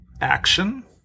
Action